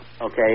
okay